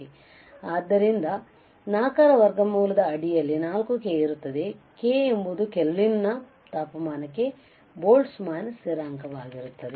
ಆದ್ದರಿಂದ ಆದ್ದರಿಂದ 4 ರ ವರ್ಗಮೂಲದ ಅಡಿಯಲ್ಲಿ4 k ಇರುತ್ತದೆ k ಎಂಬುದು ಕೆಲ್ವಿನ್ನಲ್ಲಿನ ತಾಪಮಾನಕ್ಕೆ ಬೋಲ್ಟ್ಜ್ಮನ್ ಸ್ಥಿರಾಂಕವಾ ಗಿರುತ್ತದೆ